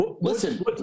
Listen